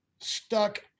stuck